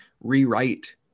rewrite